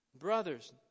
Brothers